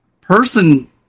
person